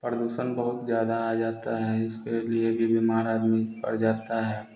प्रदूषण बहुत ज्यादा आ जाता है इसके लिए भी बीमार आदमी पड़ जाता है